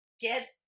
get